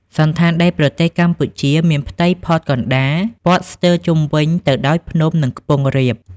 សណ្ឋានដីប្រទេសកម្ពុជាមានផ្ទៃផតកណ្ដាល ព័ទ្ធស្ទើរជុំវិញទៅដោយភ្នំ និងខ្ពង់រាប។